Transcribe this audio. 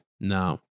No